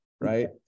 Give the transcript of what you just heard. right